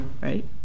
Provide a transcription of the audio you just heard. right